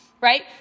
Right